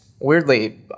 weirdly